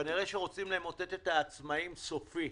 כנראה שרוצים למוטט את העצמאים סופית.